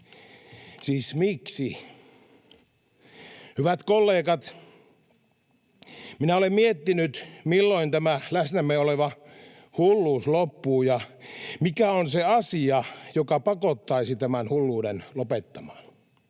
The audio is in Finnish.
Siis miksi? Hyvät kollegat, minä olen miettinyt, milloin tämä läsnämme oleva hulluus loppuu ja mikä on se asia, joka pakottaisi tämän hulluuden lopettamaan.